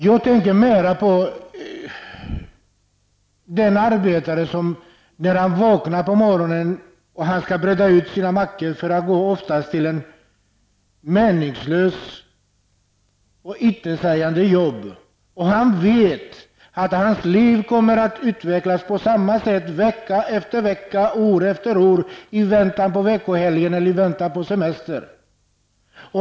Jag tänker mer på den arbetare som vaknar på morgonen och breder sina mackor för att sedan gå till ett ofta meningslöst och intetsägande jobb. Han vet att hans liv kommer att utvecklas på samma sätt vecka efter vecka, år efter år i väntan på veckohelgen eller i väntan på semestern.